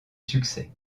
succès